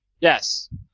Yes